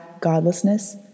godlessness